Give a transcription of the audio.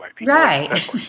Right